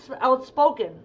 outspoken